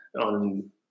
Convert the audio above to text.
on